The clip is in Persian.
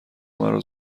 مرا